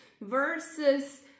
versus